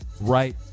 right